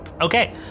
Okay